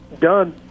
done